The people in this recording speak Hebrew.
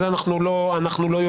אנו לא יודעים.